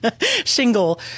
shingle